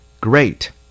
Great